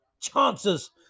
chances